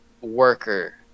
worker